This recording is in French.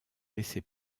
laisser